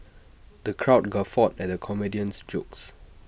the crowd guffawed at the comedian's jokes